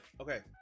okay